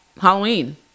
Halloween